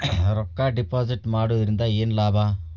ರೊಕ್ಕ ಡಿಪಾಸಿಟ್ ಮಾಡುವುದರಿಂದ ಏನ್ ಲಾಭ?